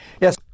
yes